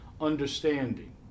understanding